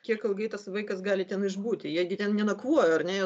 kiek ilgai tas vaikas gali ten išbūti jie gi ten nenakvojo ar ne